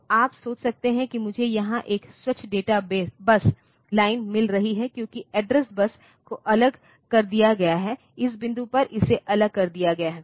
तो आप सोच सकते हैं कि मुझे यहां एक स्वच्छ डेटा बस लाइन मिल रही है क्योंकि एड्रेस बस को अलग कर दिया गया है इस बिंदु पर इसे अलग कर दिया गया है